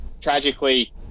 tragically